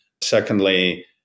Secondly